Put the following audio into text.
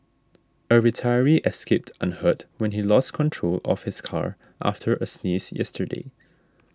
a retiree escaped unhurt when he lost control of his car after a sneeze yesterday